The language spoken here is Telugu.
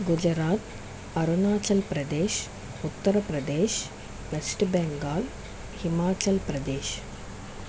గుజరాత్ అరుణాచల్ప్రదేశ్ ఉత్తర్ప్రదేశ్ వెస్ట్ బెంగాల్ హిమాచల్ప్రదేశ్